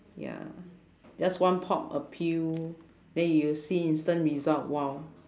ya just one pop a pill then you see instant result !wow!